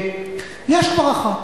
יש כבר אחת.